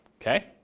Okay